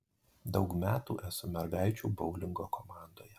daug metų esu mergaičių boulingo komandoje